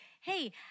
hey